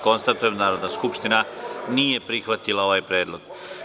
Konstatujem da Narodna skupština nije prihvatila ovaj predlog.